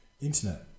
internet